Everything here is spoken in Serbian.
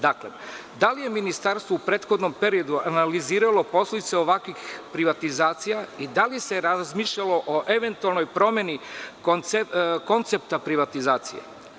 Dakle, da li je Ministarstvo u prethodnom periodu analiziralo posledice ovakvih privatizacija i da li se razmišljalo o eventualnoj promeni koncepta privatizacije?